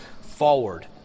forward